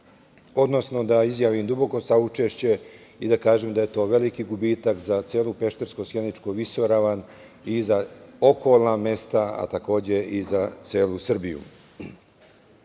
odnosno da izjavim duboko saučešće i da kažem da je to veliki gubitak za celu Peštarsko-sjeničku visoravan i za okolna mesta, a takođe i za celu Srbiju. Odbor